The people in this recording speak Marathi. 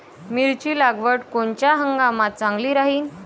मिरची लागवड कोनच्या हंगामात चांगली राहीन?